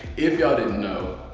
if y'all didn't know.